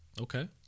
okay